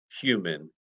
human